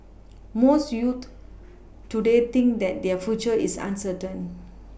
most youths today think that their future is uncertain